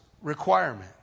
requirement